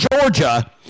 Georgia